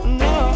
no